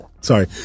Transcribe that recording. sorry